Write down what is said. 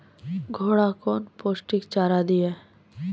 घोड़ा कौन पोस्टिक चारा दिए?